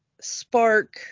spark